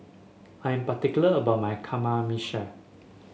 I'm particular about my Kamameshi